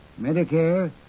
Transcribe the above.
Medicare